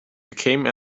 became